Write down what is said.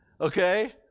Okay